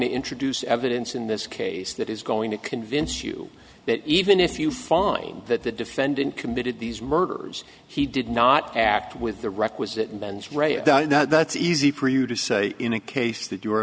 to introduce evidence in this case that is going to convince you that even if you find that the defendant committed these murders he did not act with the requisite mens rea that's easy for you to say in a case that you